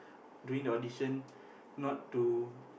doing the audition not to